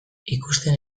ikusten